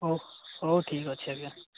ହଉ ହଉ ଠିକ ଅଛି ଆଜ୍ଞା